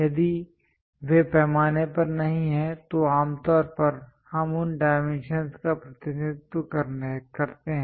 यदि वे पैमाने पर नहीं हैं तो आमतौर पर हम उन डाइमेंशंस का प्रतिनिधित्व करते हैं